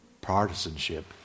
partisanship